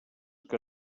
que